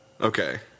Okay